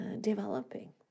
developing